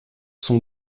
sont